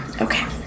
okay